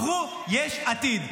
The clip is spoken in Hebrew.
בחרו יש עתיד,